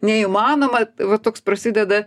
neįmanoma va toks prasideda